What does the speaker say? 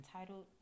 entitled